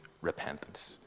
repentance